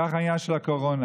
כך עניין הקורונה.